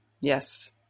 Yes